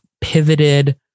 pivoted